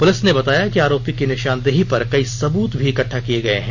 police ने बताया कि आरोपी की निशानदेही पर कई सबूत भी इकट्ठा किए गए हैं